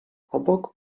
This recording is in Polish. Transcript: obok